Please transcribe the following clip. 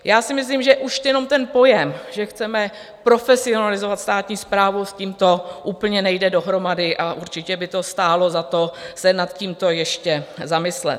Já si myslím, že už jenom ten pojem, že chceme profesionalizovat státní správu, s tímto úplně nejde dohromady, a určitě by to stálo za to se nad tímto ještě zamyslet.